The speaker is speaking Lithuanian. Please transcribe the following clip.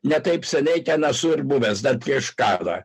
ne taip seniai ten esu ir buvęs dar prieš karą